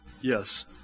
Yes